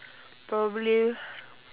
probably